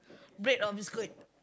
bread or biskut